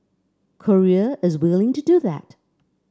Korea is willing to do that